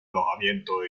alojamiento